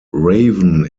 raven